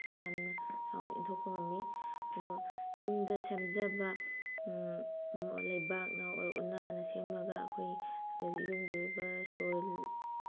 ꯌꯥꯝꯅ ꯆꯥꯎꯅ ꯏꯟꯊꯣꯛꯄ ꯉꯝꯃꯤ ꯑꯗꯣ ꯌꯨꯝꯗ ꯁꯦꯝꯖꯕ ꯂꯩꯕꯥꯛꯅ ꯑꯣꯔ ꯎꯅꯥꯅ ꯁꯦꯝꯃꯒ ꯑꯩꯈꯣꯏ ꯌꯨꯝꯒꯤ ꯑꯣꯏꯕ ꯁꯣꯏꯜ